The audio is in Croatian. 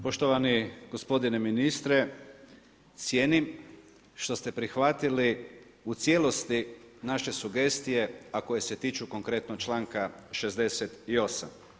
Poštovani gospodine ministre, cijenim što ste prihvatili u cijelosti naše sugestije a koje se tiču konkretno članka 68.